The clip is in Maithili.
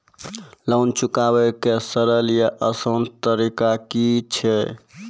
लोन चुकाबै के सरल या आसान तरीका की अछि?